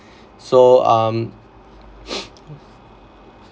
so um